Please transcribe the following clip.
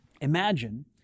Imagine